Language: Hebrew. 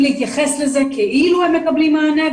זאת התקינה שלמשרד החינוך בעצם?